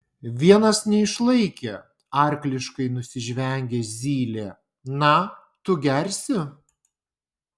vienas neišlaikė arkliškai nusižvengė zylė na tu gersi